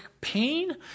pain